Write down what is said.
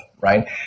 right